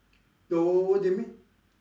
what do you mean